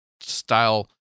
style